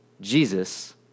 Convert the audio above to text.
Jesus